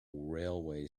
railway